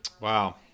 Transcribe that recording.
wow